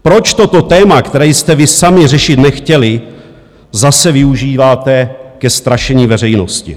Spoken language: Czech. Proč toto téma, které jste vy sami řešit nechtěli, zase využíváte ke strašení veřejnosti?